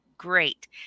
Great